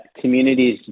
communities